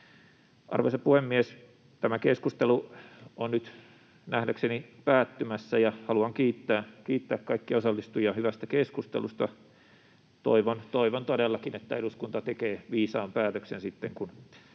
Arvoisa puhemies! Tämä keskustelu on nyt nähdäkseni päättymässä, ja haluan kiittää kaikkia osallistujia hyvästä keskustelusta. Toivon todellakin, että eduskunta tekee viisaan päätöksen sitten, kun